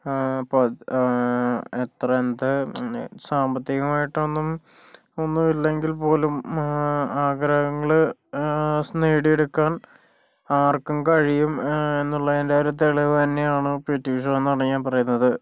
അപ്പോൾ അത്രതന്നെ സാമ്പത്തികമായി ഒന്നും ഒന്നുമില്ലെങ്കിൽ പോലും ആഗ്രഹങ്ങൾ നേടിയെടുക്കാൻ ആർക്കും കഴിയും എന്നുള്ളതിലെ ഒരു തെളിവ് തന്നെയാണ് പി ടി ഉഷ എന്നാണ് ഞാൻ പറയുന്നത്